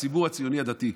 הציבור הציוני-הדתי,